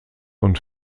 und